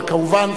אבל כמובן,